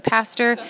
Pastor